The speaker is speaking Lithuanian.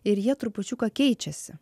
ir jie trupučiuką keičiasi